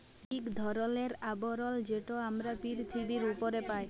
ইক ধরলের আবরল যেট আমরা পিরথিবীর উপরে পায়